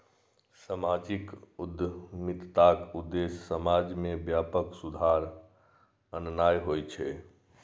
सामाजिक उद्यमिताक उद्देश्य समाज मे व्यापक सुधार आननाय होइ छै